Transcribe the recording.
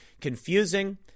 Confusing